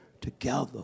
together